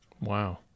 Wow